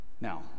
Now